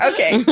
Okay